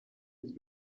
was